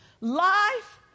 life